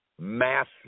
massive